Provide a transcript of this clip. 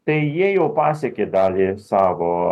tai jie jau pasiekė dalį savo